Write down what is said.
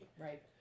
Right